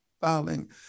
filing